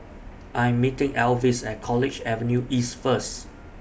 I Am meeting Elvis At College Avenue East First